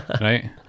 Right